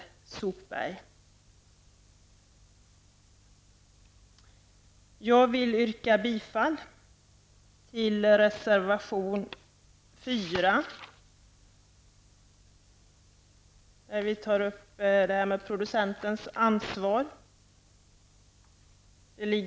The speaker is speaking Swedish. Jag vill yrka bifall till reservation 4 där frågan om producentens ansvar tas upp.